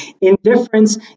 indifference